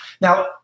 Now